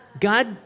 God